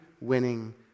winning